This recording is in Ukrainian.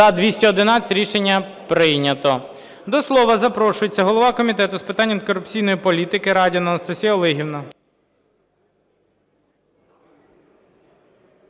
За-211 Рішення прийнято. До слова запрошується голова Комітету з питань антикорупційної політики Радіна Анастасія Олегівна.